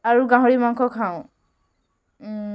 আৰু গাহৰি মাংস খাওঁ